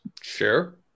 Sure